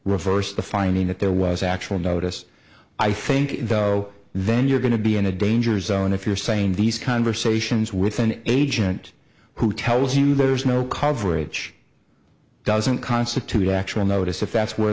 reverse the finding that there was actual notice i think though then you're going to be in a dangers oh and if you're saying these conversations with an agent who tells you there's no coverage doesn't constitute actual notice if that's where